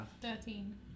Thirteen